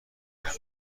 ترم